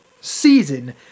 season